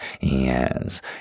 yes